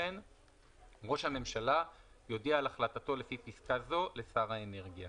ראש הממשלה יודיע על החלטתו לפי פסקה זו לשר האנרגיה.